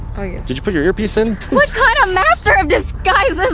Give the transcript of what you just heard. oh yeah! did you put your ear piece in? what kind of master of disguise